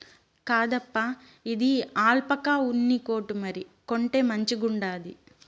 కాదప్పా, ఇది ఆల్పాకా ఉన్ని కోటు మరి, కొంటే మంచిగుండాది